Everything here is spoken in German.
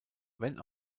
wenn